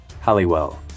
Halliwell